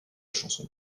chanson